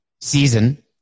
season